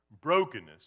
brokenness